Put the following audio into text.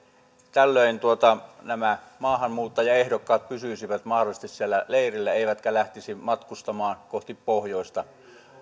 tällöin nämä maahanmuuttajaehdokkaat pysyisivät mahdollisesti siellä leirillä eivätkä lähtisi matkustamaan kohti pohjoista